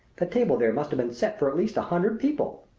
the table there must have been set for at least a hundred people.